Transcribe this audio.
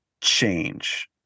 change